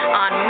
on